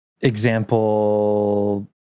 Example